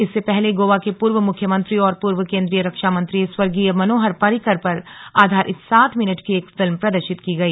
इससे पहले गोवा के पूर्व मुख्यमंत्री और पूर्व केन्द्रीय रक्षामंत्री स्वर्गीय मनोहर पर्रिकर पर आधारित सात मिनट की एक फिल्म प्रदर्शित की गई